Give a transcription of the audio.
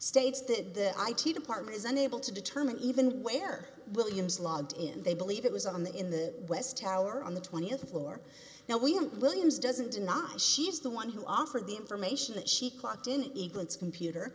states that the i t department is unable to determine even where williams logged in they believe it was on the in the west tower on the th floor now we don't williams doesn't and not she's the one who offered the information that she clocked in england's computer